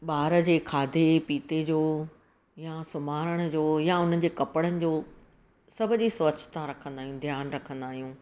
ॿार जे खाधे पीते जो या सुम्हण जो या उनजे कपिड़नि जो सभ जी स्वच्छ्ता रखंदा आहियूं ध्यानु रखंदा आहियूं